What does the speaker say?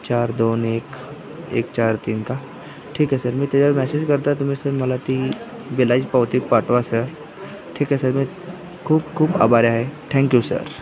चार दोन एक एक चार तीन का ठीक आहे सर मी त्यावर मॅसेज करता तुम्ही सर मला ती बिलाची पावती पाठवा सर ठीक आहे सर मी खूप खूप आभारी आहे ठँक्यू सर